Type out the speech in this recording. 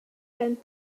gen